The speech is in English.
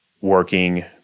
working